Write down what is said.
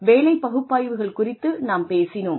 வேலை பகுப்பாய்வுகள் குறித்து நாம் பேசினோம்